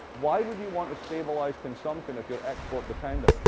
why would you want to stabilize consumption if you're export dependent?